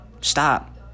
Stop